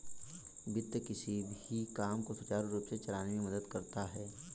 वित्त किसी भी काम को सुचारू रूप से चलाने में मदद करता है